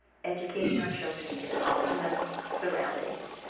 educating our children in optimum surroundings,